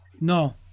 No